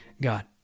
God